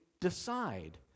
decide